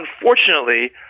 unfortunately